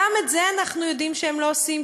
גם את זה אנחנו יודעים שהם לא עושים,